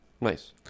Nice